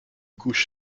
couche